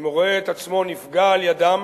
אם הוא רואה את עצמו נפגע על-ידם